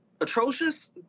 atrocious